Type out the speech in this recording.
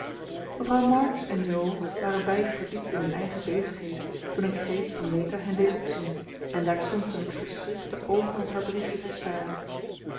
mevrouw march en jo waren beiden verdiept in hun eigen bezigheden toen een kreet van meta hen deed opzien en daar stond ze met verschrikte oogen op haar briefje te staren